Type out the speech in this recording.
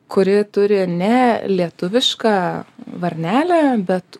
kuri turi ne lietuvišką varnelę bet